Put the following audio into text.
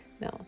no